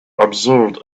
observed